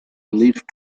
leafed